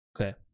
Okay